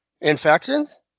infections